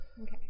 okay